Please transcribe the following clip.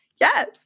yes